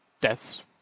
deaths